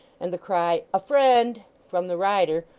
and the cry a friend from the rider,